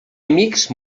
amics